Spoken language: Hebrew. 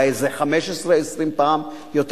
אולי איזה 15 20 פעם יותר.